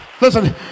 Listen